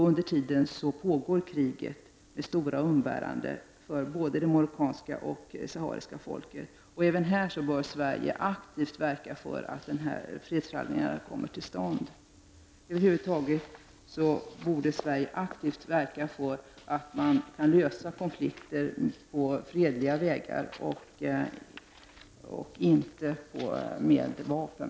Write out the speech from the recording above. Under tiden pågår kriget med stora umbäranden för både det marockanska och det sahariska folket. Även här bör Sverige aktivt verka för att fredsförhandlingarna kommer till stånd. Över huvud taget borde Sverige aktivt verka för att man kan lösa konflikter på fredliga vägar och inte med vapen.